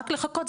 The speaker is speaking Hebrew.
ורק לחכות,